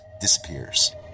disappears